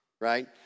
right